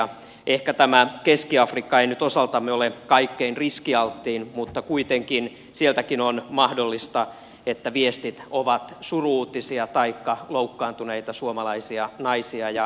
ehkä tämä keski afrikka ei nyt osaltamme ole kaikkein riskialttein mutta kuitenkin on mahdollista että sieltäkin viestit ovat suru uutisia taikka tulee loukkaantuneita suomalaisia nais ja miessotilaita